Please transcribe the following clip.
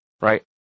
right